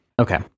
Okay